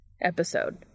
episode